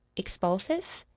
expulsive?